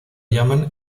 llama